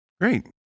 Great